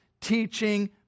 teaching